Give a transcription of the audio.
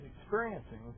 experiencing